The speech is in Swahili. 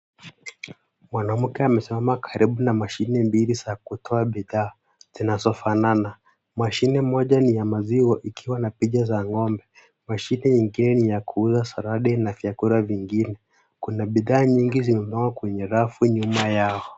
Mwanamke amesimama karibu na mashini mbili za kutoa bidhaa zinazofanana. Mashini moja ni ya maziwa ikiwa na picha za ngombe. Mashini ingine ni ya kuuza saladi na vyakula vingine. Kuna bidhaa nyingi zimepangwa kwenye rafu nyuma yao.